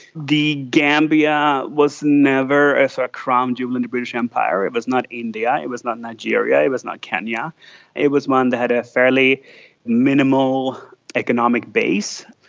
the gambia was never ah so a crown jewel in the british empire. it was not india, it was not nigeria, it was not kenya it was one that had ah a fairly minimal economic base.